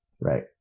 right